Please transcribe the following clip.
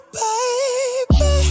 baby